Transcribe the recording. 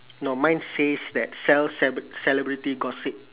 no mine says that sell cebr~ celebrity gossip